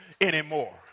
anymore